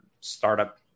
startup